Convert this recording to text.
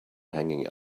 hanging